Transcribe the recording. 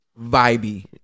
Vibey